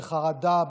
בחרדה,